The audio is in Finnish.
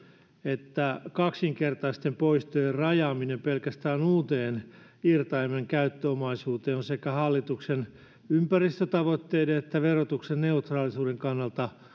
että kaksinkertaisten poistojen rajaaminen pelkästään uuteen irtaimeen käyttöomaisuuteen on sekä hallituksen ympäristötavoitteiden että verotuksen neutraalisuuden kannalta